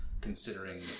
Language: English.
considering